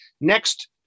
next